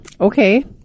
okay